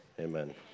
Amen